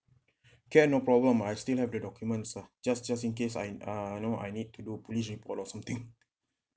can no problem I still have the documents lah just just in case I in uh you know I need to do police report or something